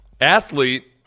athlete